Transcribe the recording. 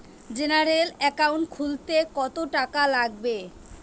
General account খুলতে কত টাকা লাগবে?